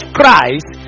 Christ